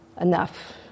enough